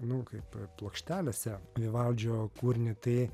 nu kaip plokštelėse vivaldžio kūrinį tai